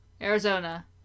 arizona